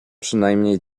przynajmniej